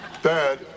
Dad